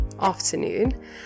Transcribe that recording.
afternoon